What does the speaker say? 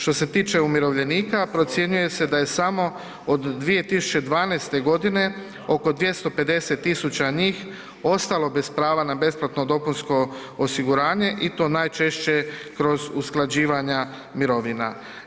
Što se tiče umirovljenika, procjenjuje se da je samo od 2012.godine oko 250 000 njih ostalo bez prava na besplatno dopunsko osiguranje i to najčešće kroz usklađivanja mirovina.